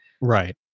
Right